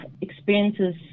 experiences